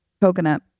coconut